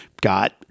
got